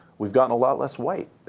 we've gotten a lot less white.